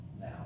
now